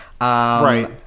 Right